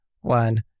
one